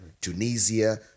Tunisia